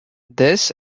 this